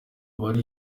bari